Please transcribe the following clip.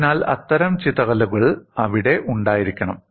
അതിനാൽ അത്തരം ചിതറലുകൾ അവിടെ ഉണ്ടായിരിക്കണം